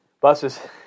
Buses